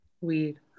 weed